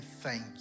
thank